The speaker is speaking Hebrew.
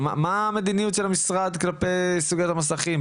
אבל מה המדיניות של משרד החינוך כלפיי סוגיית המסכים,